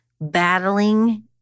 battling